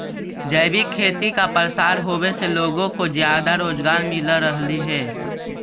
जैविक खेती का प्रसार होवे से लोगों को ज्यादा रोजगार मिल रहलई हे